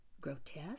grotesque